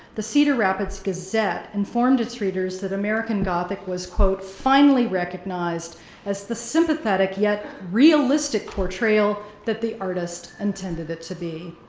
the cedar rapids gazette informed its readers that american gothic was quote, finally recognized as the sympathetic, yet realistic portrayal that the artist intended it to be.